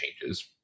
changes